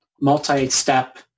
multi-step